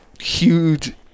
huge